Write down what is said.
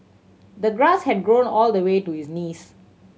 the grass had grown all the way to his knees